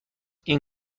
این